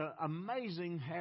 amazing